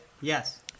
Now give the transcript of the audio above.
yes